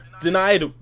denied